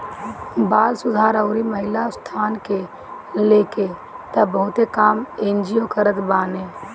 बाल सुधार अउरी महिला उत्थान के लेके तअ बहुते काम एन.जी.ओ करत बाने